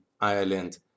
Ireland